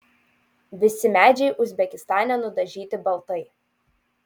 visi medžiai uzbekistane nudažyti baltai